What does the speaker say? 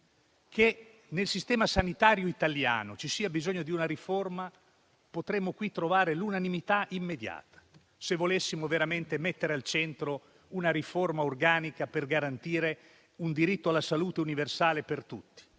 Nel Sistema sanitario italiano c'è bisogno di una riforma e potremmo trovare qui l'unanimità immediata, se volessimo veramente mettere al centro una riforma organica per garantire un diritto alla salute universale per tutti.